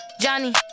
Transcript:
Johnny